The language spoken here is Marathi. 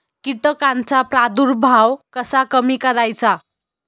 कीटकांचा प्रादुर्भाव कसा कमी करायचा?